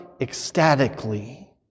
ecstatically